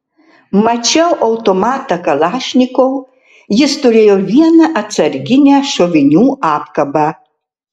mačiau automatą kalašnikov jis turėjo vieną atsarginę šovinių apkabą